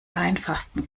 einfachsten